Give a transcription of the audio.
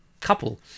couple